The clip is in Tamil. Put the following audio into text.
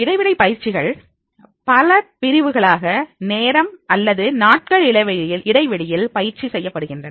இடைவெளி பயிற்சிகள் பல பிரிவுகளாக நேரம் அல்லது நாட்கள் இடைவெளியில் பயிற்சி செய்யப்படுகின்றன